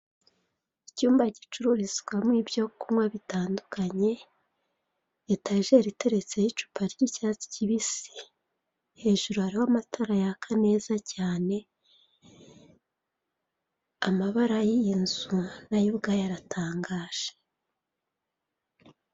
Icyumba gicururizwamo ibyo kunywa bitandukanye, Etageri iteretseho icupa ry'icyatsi kibisi, hejuru hariho amatara yaka neza cyane, amabara y'iyo nzu nayo ubwayo aratangaje.